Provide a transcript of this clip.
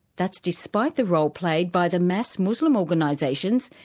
that's despite the role played by the mass muslim organisations,